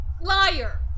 Liar